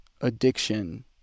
addiction